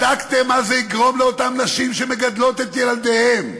בדקתם מה זה יגרום לאותן נשים שמגדלות את ילדיהן.